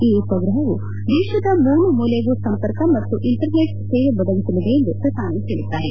ಈ ಉಪಗ್ರಹವು ದೇಶದ ಮೂಲೆ ಮೂಲೆಗೂ ಸಂಪರ್ಕ ಮತ್ತು ಇಂಟರ್ ನೆಟ್ ಸೇವೆ ಒದಗಿಸಲಿದೆ ಎಂದು ಪ್ರಧಾನಿ ಹೇಳಿದ್ದಾರೆ